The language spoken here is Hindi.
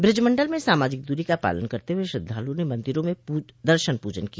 ब्रज मंडल में सामाजिक दूरी का पालन करते हुए श्रद्वालुओं ने मंदिरों में दर्शन पूजन किया